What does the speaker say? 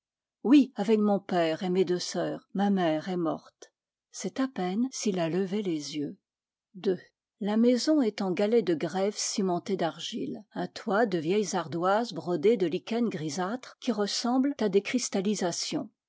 oui avec mon père et mes deux sœurs ma mère est morte c'est à peine s'il a levé les yeux la maison est en galets de grève cimentés d'argile un toit de vieilles ardoises brodées de lichens grisâtres qui ressemblent à des cristallisations